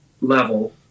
level